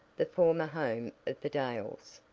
the former home of the dales.